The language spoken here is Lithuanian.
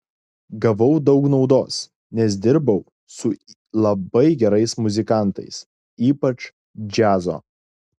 gavau daug naudos nes dirbau su labai gerais muzikantais ypač džiazo